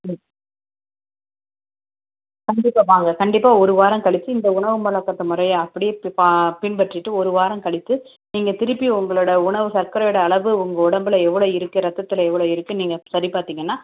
ம் கண்டிப்பாக வாங்க கண்டிப்பாக ஒரு வாரம் கழிச்சி இந்த உணவு முறை பழகத்து முறைய அப்படியே பா பின்பற்றிவிட்டு ஒரு வாரம் கழித்து நீங்கள் திரும்பியும் உங்களோடய உணவு சர்க்கரையோடய அளவு உங்கள் உடம்பில் எவ்வளோ இருக்குது ரத்தத்தில் எவ்வளோ இருக்குது நீங்கள் சரி பார்த்தீங்கன்னா